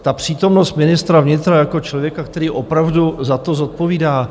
A přítomnost ministra vnitra jako člověka, který opravdu za to zodpovídá?